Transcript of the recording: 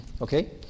Okay